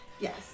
Yes